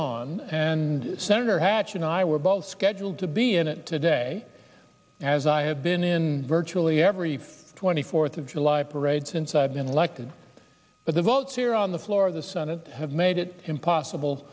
on and senator hatch and i were both scheduled to be in it today as i have been in virtually every twenty fourth of july parade since i've been elected but the votes here on the floor of the senate have made it impossible